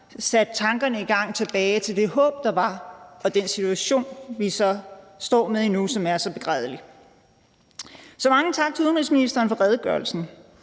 satte tankerne i gang og tilbage til det håb, der var, og frem til den situation, vi så står med nu, som er så begrædelig. Så mange tak til udenrigsministeren for redegørelsen.